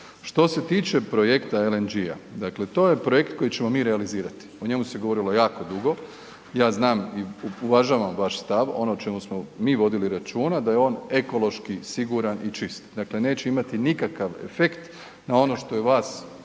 Što se tiče projekta LNG-a, dakle to je projekt koji ćemo mi realizirati. O njemu se govorilo jako dugo. Ja znam i uvažavam vaš stav, ono o čemu smo mi vodili računa da je on ekološki siguran i čist. Dakle, neće imati nikakav efekt na ono što je vas